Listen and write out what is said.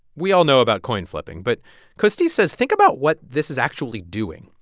we all know about coin flipping. but costis says, think about what this is actually doing.